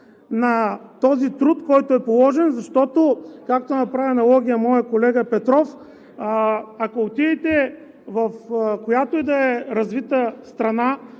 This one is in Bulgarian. на този труд, който е положен, защото, както направи аналогия моят колега Петров, ако отидете в която и да е развита страна